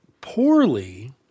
poorly